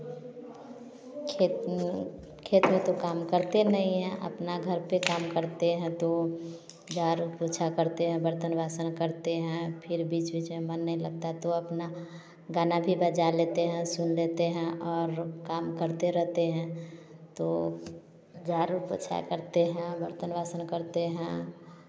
खेत में खेत में तो काम करते नहीं हैं अपना घर पर काम करते हैं तो झाड़ू पोंछा करते हैं बर्तन बासन करते हैं फिर बीच बीच में मन नहीं लगता तो अपना गाना भी बजा लेते हैं सुन लेते हैं और काम करते रहते हैं तो झाड़ू पोंछा करते हैं बर्तन बासन करते हैं